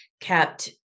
kept